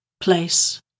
place